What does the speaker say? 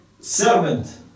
servant